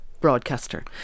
broadcaster